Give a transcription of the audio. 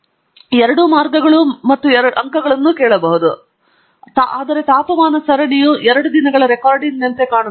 ನಾನು ಎರಡೂ ಮಾರ್ಗಗಳು ಮತ್ತು ಅಂಕಗಳನ್ನೂ ಕೇಳಬಹುದು ಕಥೆ ಅಂತ್ಯವಿಲ್ಲ ಆದರೆ ತಾಪಮಾನ ಸರಣಿಯು ಎರಡು ದಿನಗಳ ರೆಕಾರ್ಡಿಂಗ್ನಂತೆ ಕಾಣುತ್ತದೆ